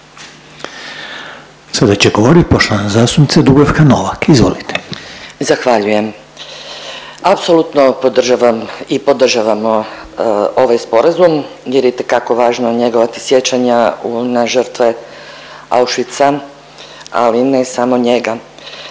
Sada će govoriti poštovana zastupnica Dubravka Novak, izvolite. **Novak, Dubravka (Možemo!)** Zahvaljujem. Apsolutno podržavam i podržavamo ovaj Sporazum jer je itekako važno njegovati sjećanja u, na žrtve Auschwitza, ali ne samo njega.